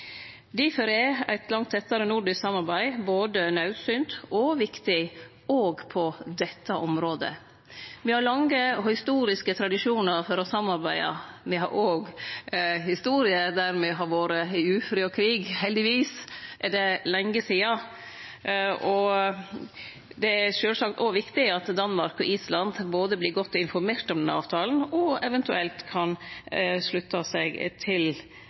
Difor er eit langt tettare nordisk samarbeid både naudsynt og viktig òg på dette området. Me har lange og historiske tradisjonar for å samarbeide. Me har òg historie der me har vore i ufred og krig. Heldigvis er det lenge sidan. Og det er sjølvsagt òg viktig at Danmark og Island både vert godt informert om denne avtalen og eventuelt kan slutte seg til